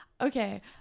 okay